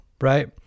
right